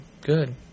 good